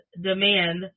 demand